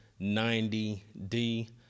90d